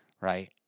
right